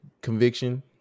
conviction